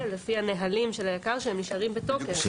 לפי הנהלים של היק"ר שהם נשארים בתוקף.